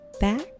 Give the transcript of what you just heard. back